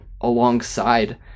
alongside